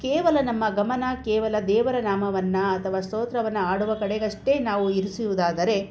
ಕೇವಲ ನಮ್ಮ ಗಮನ ಕೇವಲ ದೇವರ ನಾಮವನ್ನು ಅಥವಾ ಸ್ತೋತ್ರವನ್ನು ಹಾಡುವ ಕಡೆಗಷ್ಟೇ ನಾವು ಇರಿಸುವುದಾದರೆ